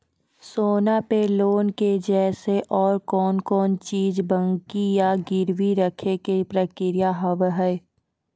सोना पे लोन के जैसे और कौन कौन चीज बंकी या गिरवी रखे के प्रक्रिया हाव हाय?